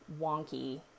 wonky